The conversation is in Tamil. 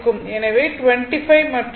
எனவே 25 மற்றும் 0o 60o